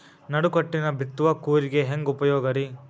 ನಡುಕಟ್ಟಿನ ಬಿತ್ತುವ ಕೂರಿಗೆ ಹೆಂಗ್ ಉಪಯೋಗ ರಿ?